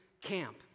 Camp